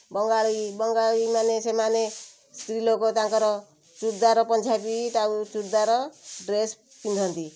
ବଙ୍ଗାଳୀ ବଙ୍ଗାଳୀମାନେ ସେମାନେ ସ୍ତ୍ରୀ ଲୋକ ତାଙ୍କର ଚୁଡ଼ଦାର ପଞ୍ଜାବୀ ଆଉ ଚୁଡ଼ଦାର ଡ୍ରେସ୍ ପିନ୍ଧନ୍ତି